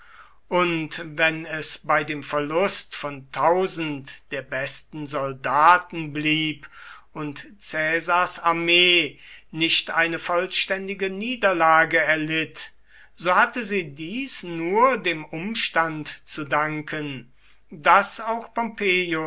und wenn es bei dem verlust von der besten soldaten blieb und caesars armee nicht eine vollständige niederlage erlitt so hatte sie dies nur dem umstand zu danken daß auch pompeius